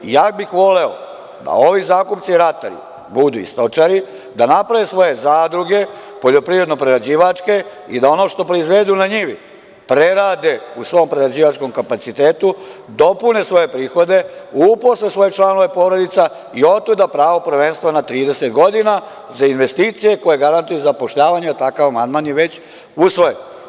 Voleo bih da ovi zakupci, ratari budu i stočari, da naprave svoje zadruge, poljoprivredno-prerađivačke, da ono što proizvedu na njivi prerade u svom prerađivačkom kapacitetu, dopune svoje prihode, uposle svoje članove porodica i otuda pravo prvenstva na 30 godina za investicije koje garantuju zapošljavanje, a takav amandman je već usvojen.